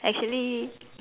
actually